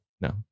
No